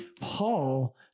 Paul